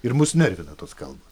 ir mus nervina tos kalbos